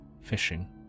Fishing